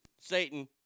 Satan